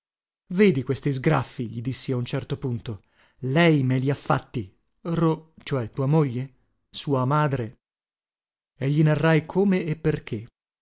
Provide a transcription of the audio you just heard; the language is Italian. vedi questi sgraffii gli dissi a un certo punto lei me li ha fatti ro cioè tua moglie sua madre e gli narrai come e perché